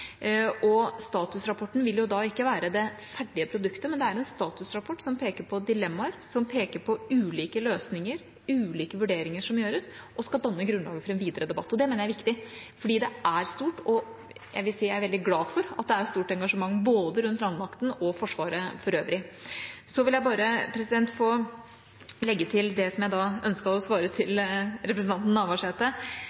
det. Statusrapporten vil ikke være det ferdige produktet, men det er en statusrapport som peker på dilemmaer, ulike løsninger og ulike vurderinger som gjøres, og skal danne grunnlaget for en videre debatt. Det mener jeg er viktig, for det er stort engasjement – og jeg er veldig glad for at det er stort engasjement – både rundt landmakten og for Forsvaret for øvrig. Så vil jeg legge til det som jeg ønsket å si til